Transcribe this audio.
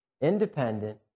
independent